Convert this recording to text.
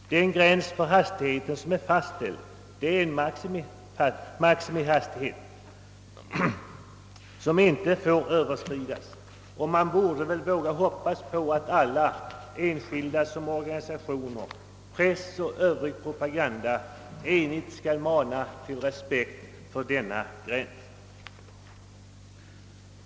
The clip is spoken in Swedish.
Den hastighetsgräns som är fastställd gäller den maximihastighet, som inte får överskridas, och man borde väl våga hoppas på att alla — enskilda såväl som organisationer, press och övrig propaganda — enigt skall mana till respekt för en dylik gräns.